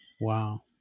wow